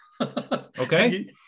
Okay